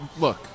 look